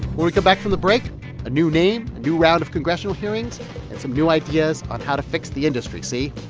we come back from the break a new name, a new round of congressional hearings, and some new ideas on how to fix the industry, see?